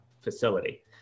facility